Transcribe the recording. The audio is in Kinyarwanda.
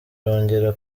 yongera